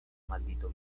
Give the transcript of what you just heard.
maldito